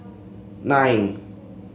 nine